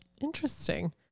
Interesting